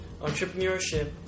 entrepreneurship